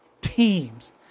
teams